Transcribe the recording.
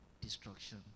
destruction